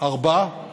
יש